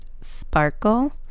sparkle